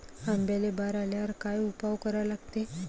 आंब्याले बार आल्यावर काय उपाव करा लागते?